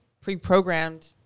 Pre-programmed